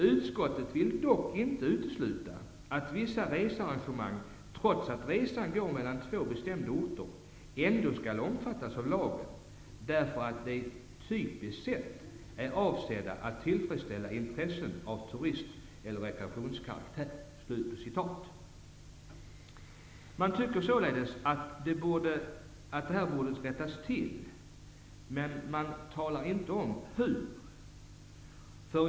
Utskottet vill dock inte utesluta att vissa researrangemang, trots att resan går mellan två bestämda orter, ändå skall omfattas av lagen, därför att de typiskt sett är avsedda att tillfredsställa intressen av turist eller rekreationskaraktär.'' Utskottet tycker således att det här borde rättas till, men talar inte om hur.